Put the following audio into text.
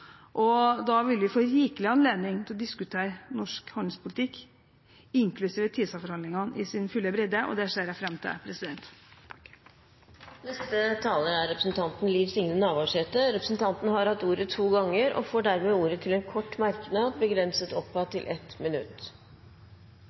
og da vil vi få rikelig anledning til å diskutere norsk handelspolitikk, inklusiv TISA-forhandlingene, i sin fulle bredde. Det ser jeg fram til. Representanten Liv Signe Navarsete har hatt ordet to ganger og får ordet til en kort merknad, begrenset til 1 minutt.